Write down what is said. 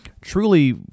truly